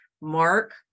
mark